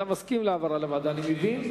אתה מסכים להעברה לוועדה, אני מבין.